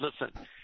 listen